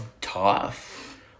tough